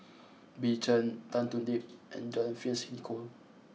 Bill Chen Tan Thoon Lip and John Fearns Nicoll